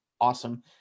awesome